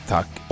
Tack